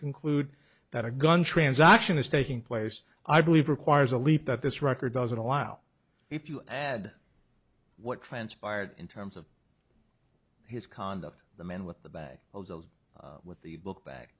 conclude that a gun transaction is taking place i believe requires a leap that this record doesn't allow if you add what transpired in terms of his conduct the man with the bag of those with the book ba